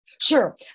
Sure